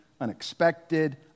unexpected